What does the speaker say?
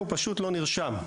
הוא פשוט לא נרשם.